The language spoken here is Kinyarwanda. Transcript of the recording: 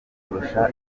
kurusha